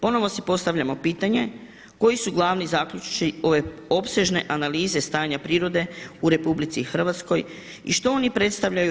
Ponovo si postavljamo pitanje koji su glavni zaključci ove opsežne analize stanja prirode u RH i što oni predstavljaju RH.